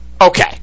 okay